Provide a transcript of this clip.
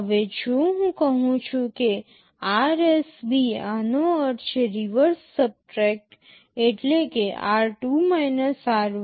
હવે જો હું કહું છું કે RSB આનો અર્થ છે રિવર્સ સબટ્રેક્ટ એટલે કે r2 r1